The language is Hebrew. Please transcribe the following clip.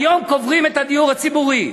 היום קוברים את הדיור הציבורי.